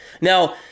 now